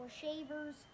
shavers